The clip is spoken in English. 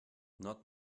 not